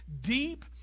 Deep